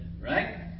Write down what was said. Right